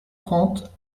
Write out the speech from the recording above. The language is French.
trente